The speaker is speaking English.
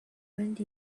went